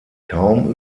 kaum